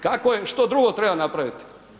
Kako je, što drugo treba napraviti.